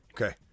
Okay